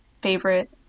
favorite